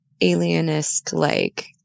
alienist-like